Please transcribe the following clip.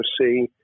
see